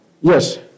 Yes